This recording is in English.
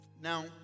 now